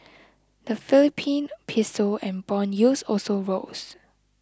the Philippine piso and bond yields also rose